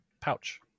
pouch